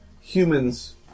humans